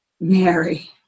Mary